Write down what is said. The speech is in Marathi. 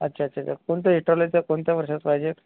अच्छा अच्छा अच्छा कोणते कोणत्या वर्षाचं पाहिजे आहेत